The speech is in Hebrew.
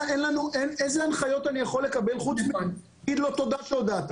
איזה הנחיות אני יכול לקבל חוץ מאשר להגיד תודה שהודעת?